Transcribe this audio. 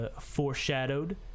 foreshadowed